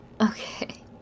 okay